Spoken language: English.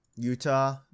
Utah